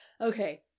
Okay